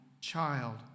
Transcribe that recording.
child